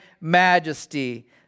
majesty